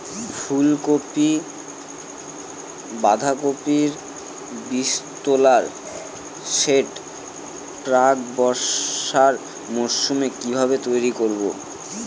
ফুলকপি বাধাকপির বীজতলার সেট প্রাক বর্ষার মৌসুমে কিভাবে তৈরি করব?